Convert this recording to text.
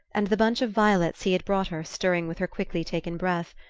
and the bunch of violets he had brought her stirring with her quickly-taken breath,